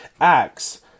acts